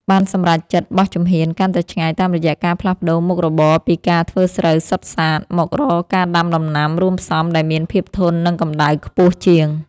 បានសម្រេចចិត្តបោះជំហានកាន់តែឆ្ងាយតាមរយៈការផ្លាស់ប្តូរមុខរបរពីការធ្វើស្រូវសុទ្ធសាធ មករកការដាំដំណាំរួមផ្សំដែលមានភាពធន់នឹងកម្តៅខ្ពស់ជាង។